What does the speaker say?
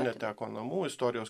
neteko namų istorijos